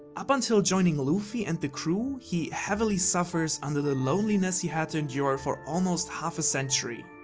up until joining luffy and the crew, he heavily suffers under the loneliness he had to endure for almost half century.